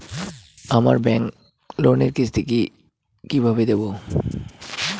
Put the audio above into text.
আমার ব্যাংক লোনের কিস্তি কি কিভাবে দেবো?